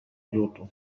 كيوتو